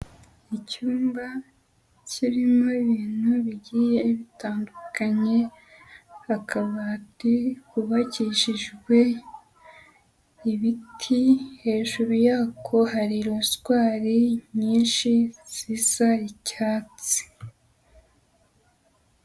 Icyumba kirimo ibintu bigiye bitandukanye, akabati kubakishijwe ibiti, hejuru yako hari rozwari nyinshi, zisa icyatsi.